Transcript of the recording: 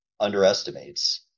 underestimates